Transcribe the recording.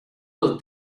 los